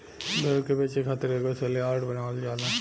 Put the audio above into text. भेड़ के बेचे खातिर एगो सेल यार्ड बनावल जाला